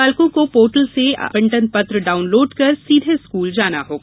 पालकों को पोर्टल से आवंटन पत्र डाउनलोड कर सीधे स्कूल जाना होगा